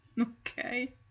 Okay